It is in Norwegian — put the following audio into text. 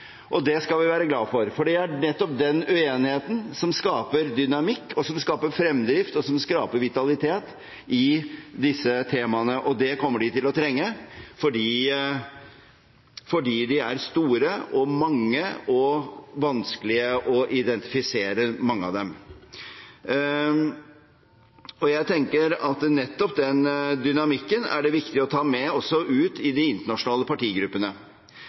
Det skal vi være glad for, for det er nettopp den uenigheten som skaper dynamikk, som skaper fremdrift, og som skaper vitalitet i disse temaene. Det kommer de til å trenge fordi de er store og mange, og det er vanskelig å identifisere mange av dem. Jeg tenker at nettopp den dynamikken er det viktig å ta med også ut i de internasjonale partigruppene,